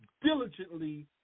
diligently